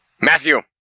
Matthew